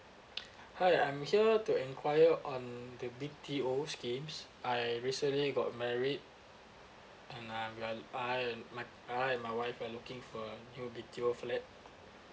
hi I'm sure to enquire on the B_T_O schemes I recently got married and um we are I am my I and my wife we are looking for new B_T_O flat